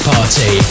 Party